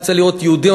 אני רוצה לראות יהודים.